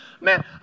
Man